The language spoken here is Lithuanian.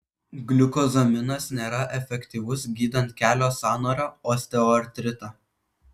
gliukozaminas nėra efektyvus gydant kelio sąnario osteoartritą